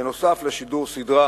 נוסף על שידור סדרה